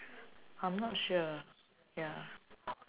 I am not sure ya